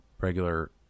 regular